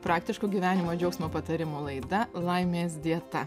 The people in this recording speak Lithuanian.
praktiškų gyvenimo džiaugsmo patarimų laida laimės dieta